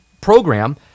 program